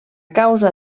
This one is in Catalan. causa